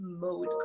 mode